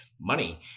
Money